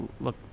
look